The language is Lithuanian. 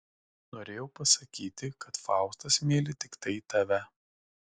norėjau pasakyti kad faustas myli tiktai tave